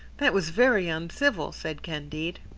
that was very uncivil, said candide.